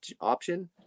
option